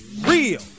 Real